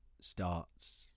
starts